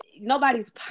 nobody's